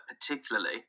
particularly